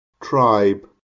Tribe